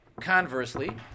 conversely